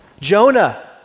Jonah